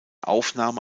aufnahme